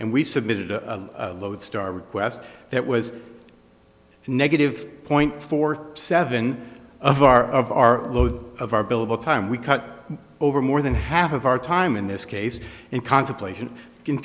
and we submitted a lodestar request that was negative point four seven of our of our load of our billable time we cut over more than half of our time in this case and contemplation in